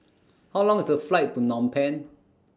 How Long IS The Flight to Nom Penh